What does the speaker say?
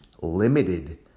limited